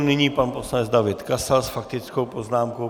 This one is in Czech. Nyní pan poslanec David Kasal s faktickou poznámkou.